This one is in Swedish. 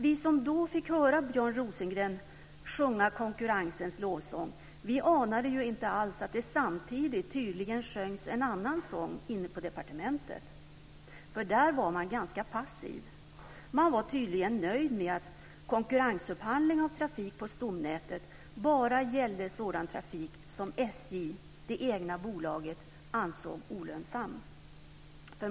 Vi som då fick höra Björn Rosengren sjunga konkurrensens lovsång anade inte alls att det samtidigt tydligen sjöngs en annan sång inne på departementet. Där var man nämligen ganska passiv. Man var tydligen nöjd med att konkurrensupphandling av trafik på stomnätet bara gällde sådan trafik som SJ, det egna bolaget, ansåg olönsam.